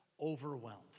overwhelmed